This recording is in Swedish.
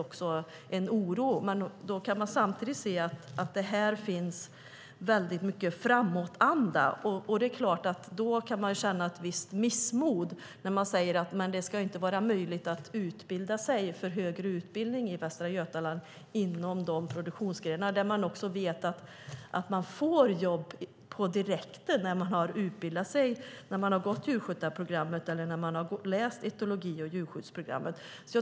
I Västra Götaland kan vi dock se att det finns mycket framåtanda, men vi kan känna ett visst missmod om det inte ska vara möjligt att läsa högre utbildningar inom dessa produktionsgrenar i Västra Götaland. Vi vet ju att man får jobb på direkten när man har utbildat sig till djurskötare eller läst etologi och djurskyddsprogrammet.